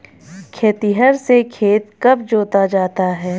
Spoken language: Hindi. खेतिहर से खेत कब जोता जाता है?